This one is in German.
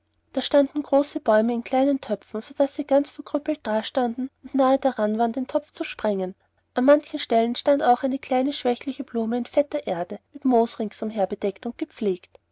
da waren große bäume in kleinen töpfen sodaß sie ganz verkrüppelt dastanden und nahe daran waren den topf zu sprengen an manchen stellen stand auch eine kleine schwächliche blume in fetter erde mit moos ringsumher bedeckt und gepflegt